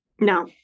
No